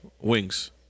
Wings